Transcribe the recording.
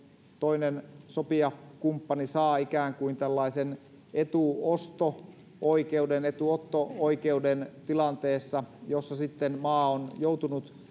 toinen sopijakumppani saa ikään kuin tällaisen etuosto oikeuden etuotto oikeuden tilanteessa jossa maa on joutunut